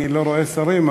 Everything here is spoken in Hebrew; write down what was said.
אני לא רואה שרים,